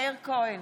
אינו נוכח יום